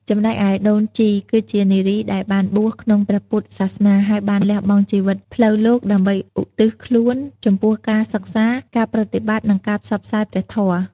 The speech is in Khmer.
ចំណែកឯដូនជី គឺជា នារីដែលបានបួស ក្នុងព្រះពុទ្ធសាសនា ហើយបានលះបង់ជីវិតផ្លូវលោកដើម្បីឧទ្ទិសខ្លួនចំពោះការសិក្សា ការប្រតិបត្តិ និងការផ្សព្វផ្សាយព្រះធម៌។